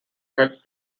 help